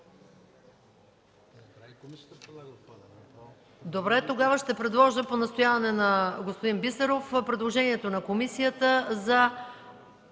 Добре. Тогава ще предложа – по настояване на господин Бисеров, предложението на комисията за